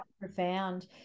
profound